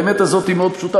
האמת הזאת היא מאוד פשוטה,